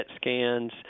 scans